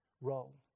role